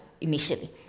initially